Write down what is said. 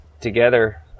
together